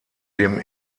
dem